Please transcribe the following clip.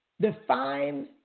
define